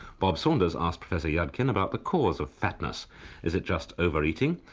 bob saunders asked professor yudkin about the cause of fatness is it just over-eating,